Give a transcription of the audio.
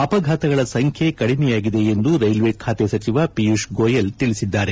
ಅಪಘಾತಗಳ ಸಂಖ್ಯೆ ಕಡಿಮೆಯಾಗಿದೆ ಎಂದು ರೈಲ್ವೆ ಖಾತೆಯ ಸಚಿವ ಪಿಯೂಷ್ ಗೋಯಲ್ ತಿಳಿಸಿದ್ದಾರೆ